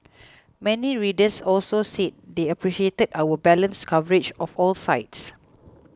many readers also said they appreciated our balanced coverage of all sides